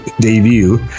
Debut